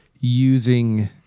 using